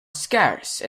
scarce